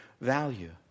value